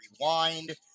rewind